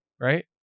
right